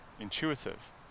intuitive